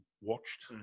watched